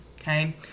okay